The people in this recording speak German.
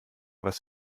was